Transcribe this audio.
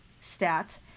stat